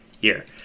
year